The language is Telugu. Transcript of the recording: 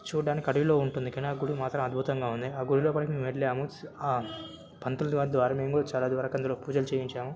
చూడ్డానికి అడవిలో ఉంటుంది కానీ ఆ గుడి మాత్రం అద్భుతంగా ఉంది ఆ గుడిలో లోపలకి మేము వెళ్ళాము స్ ఆ పంతులు గారి ద్వారా మేము చాలా వరకు అందులో పూజలు చేయించాము